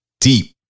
deep